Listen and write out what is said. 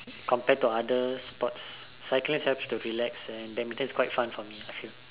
compared to other sports cycling helps to relax and badminton's quite fun for me I feel